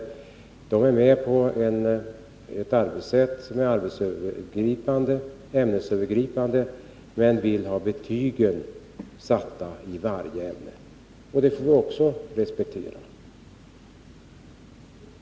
Man är med på ett ämnesövergripande arbetssätt men vill ha betygen satta i varje ämne. Det får man också respektera.